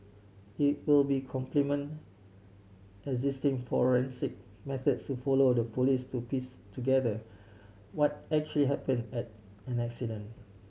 it will be complement existing forensic methods to follow the Police to piece together what actually happen at an incident